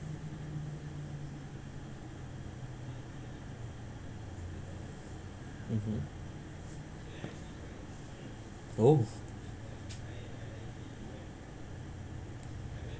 mmhmm oh